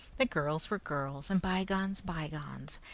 that girls were girls, and bygones bygones,